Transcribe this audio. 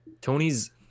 Tony's